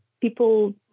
people